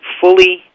fully